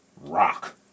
Rock